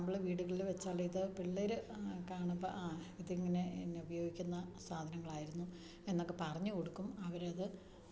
നമ്മൾ വീടുകളിൽ വെച്ചാൽ ഇത് പിള്ളേർ കാണുമ്പം ആ ഇതിങ്ങനെ ഉപയോഗിക്കുന്ന സാധനങ്ങൾ ആയിരുന്നു എന്നക്കെ പറഞ്ഞു കൊടുക്കും അവർ അത്